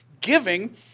giving